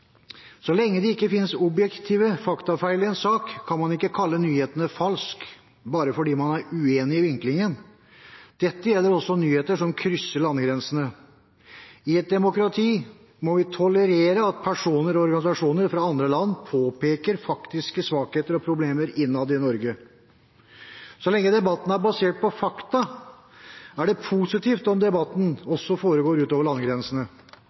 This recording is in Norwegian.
Så lenge det ikke finnes objektive faktafeil i en sak, kan man ikke kalle nyheten «falsk» bare fordi man er uenig i vinklingen. Dette gjelder også nyheter som krysser landegrensene. I et demokrati må vi tolerere at personer og organisasjoner fra andre land påpeker faktiske svakheter og problemer innad i Norge. Så lenge debatten er basert på fakta, er det positivt om debatten også foregår utover landegrensene.